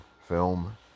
film